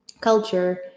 culture